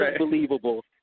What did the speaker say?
unbelievable